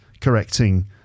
correcting